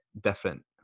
different